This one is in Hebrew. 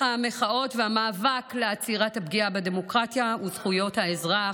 המחאות והמאבק לעצירת הפגיעה בדמוקרטיה וזכויות האזרח.